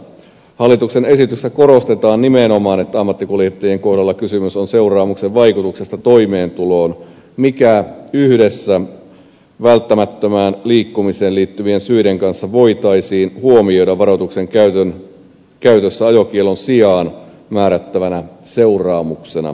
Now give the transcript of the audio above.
hallituksen esityksessä korostetaan nimenomaan että ammattikuljettajien kohdalla kysymys on seuraamuksen vaikutuksesta toimeentuloon mikä yhdessä välttämättömään liikkumiseen liittyvien syiden kanssa voitaisiin huomioida varoituksen käytössä ajokiellon sijaan määrättävänä seuraamuksena